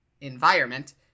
environment